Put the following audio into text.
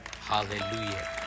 Hallelujah